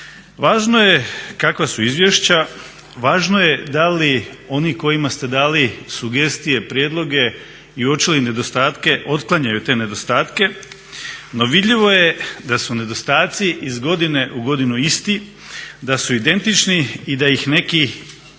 Važno je kakva su izvješća, važno je da li oni kojima ste dali sugestije, prijedloge i uočili nedostatke otklanjaju te nedostatke. No, vidljivo je da su nedostatci iz godine u godinu isti, da su identični i da ih neki ne